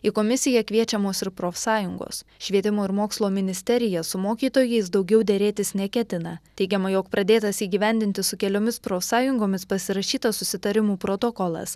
į komisiją kviečiamos ir profsąjungos švietimo ir mokslo ministerija su mokytojais daugiau derėtis neketina teigiama jog pradėtas įgyvendinti su keliomis profsąjungomis pasirašytas susitarimų protokolas